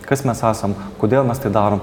kas mes esam kodėl mes tai darom